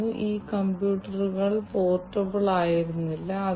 അതിനാൽ ഇത് ഒരു സൈറ്റാണെന്നും ഇത് മറ്റൊരു സൈറ്റാണെന്നും നമുക്ക് പറയാം